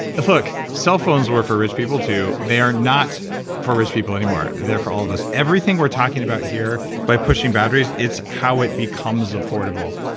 look, cellphones were for rich people too. they are not for rich people anymore. they're for all of us. everything we're talking about here by pushing boundaries, it's how it becomes affordable,